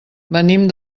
venim